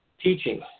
teaching